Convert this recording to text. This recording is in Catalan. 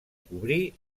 cobrí